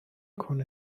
کنه